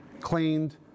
cleaned